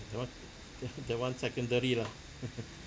that one that that one secondary lah